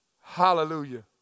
hallelujah